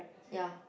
ya